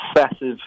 obsessive